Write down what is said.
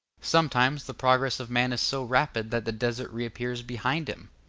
sometimes the progress of man is so rapid that the desert reappears behind him.